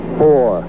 four